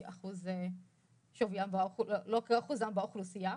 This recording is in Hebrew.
ולא כאחוז שלהם באוכלוסייה.